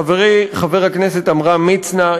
חבר הכנסת עמרם מצנע,